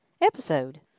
episode